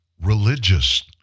religious